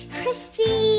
crispy